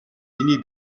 миний